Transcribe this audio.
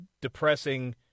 depressing